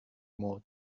mode